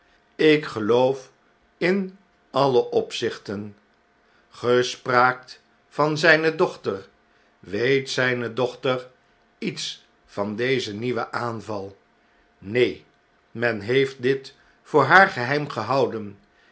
ik geloof in alle opzichten gre spraakt van zyne dochter weet zijne dochter iets van dezen nieuwen aanval neen men heeft dit voor haar geheim gehouden